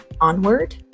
onward